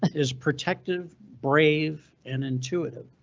is protective, brave and intuitive.